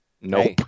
Nope